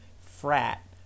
frat